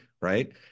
right